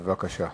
בבקשה.